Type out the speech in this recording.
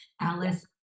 Alice